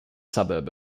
suburb